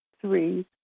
three